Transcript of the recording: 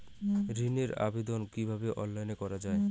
ঋনের আবেদন কিভাবে অনলাইনে করা যায়?